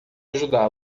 ajudá